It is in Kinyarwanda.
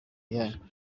yanyu